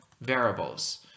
variables